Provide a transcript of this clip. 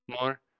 more